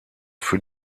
für